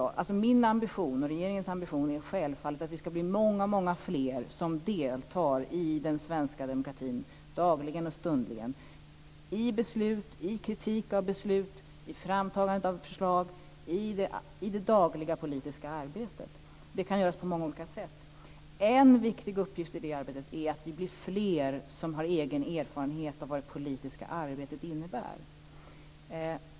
Min och regeringens ambition är självfallet att vi ska bli många fler som deltar i den svenska demokratin dagligen och stundligen i beslut, i kritik av beslut och i framtagandet av förslag i det dagliga politiska arbetet. Detta kan göras på många olika sätt. En viktig del i det arbetet är att det blir fler som har egen erfarenhet av vad det politiska arbetet innebär.